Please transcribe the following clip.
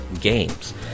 games